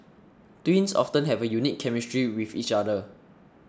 twins often have a unique chemistry with each other